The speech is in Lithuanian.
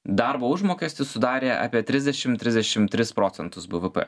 darbo užmokestis sudarė apie trisdešim trisdešim tris procentus bvp